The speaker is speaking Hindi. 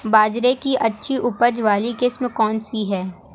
बाजरे की अच्छी उपज वाली किस्म कौनसी है?